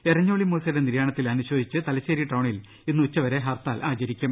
എരഞ്ഞോളി മൂസ യുടെ നിര്യാണത്തിൽ അനുശോചിച്ച് തലശ്ശേരി ടൌണിൽ ഇന്ന് ഉ ച്ചുവരെ ഹർത്താൽ ആചരിക്കും